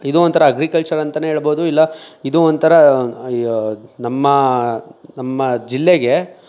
ಇದು ಒಂಥರ ಅಗ್ರಿಕಲ್ಚರ್ ಅಂತಲೇ ಹೇಳ್ಬೋದು ಇಲ್ಲ ಇದು ಒಂಥರ ನಮ್ಮ ನಮ್ಮ ಜಿಲ್ಲೆಗೆ